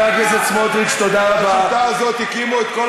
בשיטה הזאת הקימו, חבר הכנסת סמוטריץ, תודה רבה.